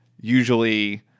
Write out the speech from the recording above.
usually